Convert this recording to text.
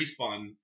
respawn